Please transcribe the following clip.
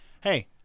Hey